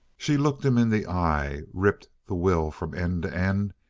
she looked him in the eye, ripped the will from end to end,